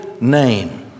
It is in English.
name